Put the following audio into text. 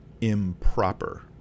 improper